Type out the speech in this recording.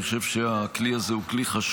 אני חושב שהכלי הזה חשוב,